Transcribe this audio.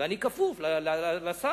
ואני כפוף לשר,